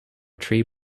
tree